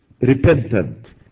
repentant